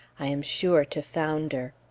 i am sure to founder!